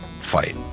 fight